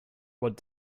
what